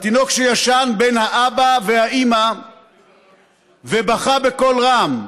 התינוק שישן בין האבא והאימא ובכה בקול רם,